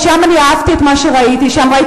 ואני אהבתי את מה שראיתי שם.